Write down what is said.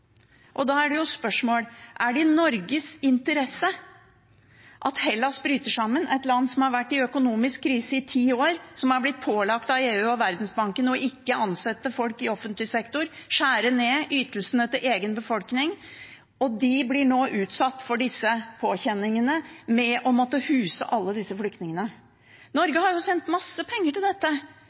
Da er spørsmålet: Er det i Norges interesse at Hellas bryter sammen – et land som har vært i økonomisk krise i ti år, som har blitt pålagt av EU og Verdensbanken å ikke ansette folk i offentlig sektor og å skjære ned på ytelsene til egen befolkning, som nå blir utsatt for påkjenningene med å måtte huse alle disse flyktningene? Norge har sendt masse penger til dette,